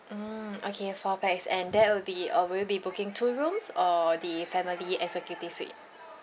mm okay four pax and that will be uh will you be booking two rooms or the family executive suite